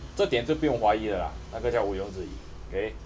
这点是不用怀疑的啦那个叫毋庸置疑 okay